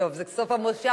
זה סוף הכנס.